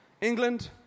England